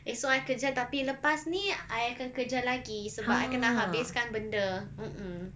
esok I kerja tapi lepas ni I akan kerja lagi sebab I kena habiskan benda mmhmm